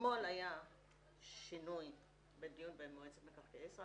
אתמול היה שינוי בדיון במועצת מקרקעי ישראל,